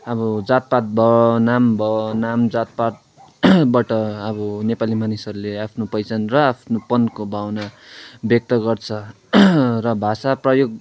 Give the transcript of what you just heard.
अब जातपात भयो नाम भयो नाम जातपात बाट अब नेपाली मानिसहरूले आफ्नो पहिचान र आफ्नोपनको भावना व्यक्त गर्छ र भाषा प्रयोग